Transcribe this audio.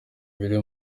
bibiri